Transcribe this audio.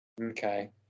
Okay